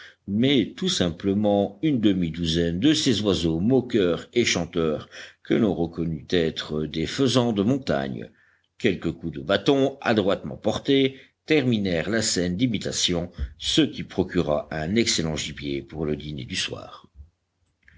mais tout simplement une demi-douzaine de ces oiseaux moqueurs et chanteurs que l'on reconnut être des faisans de montagne quelques coups de bâton adroitement portés terminèrent la scène d'imitation ce qui procura un excellent gibier pour le dîner du soir